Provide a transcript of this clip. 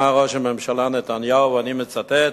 ואני מצטט: